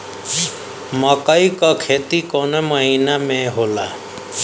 मकई क खेती कवने महीना में होला?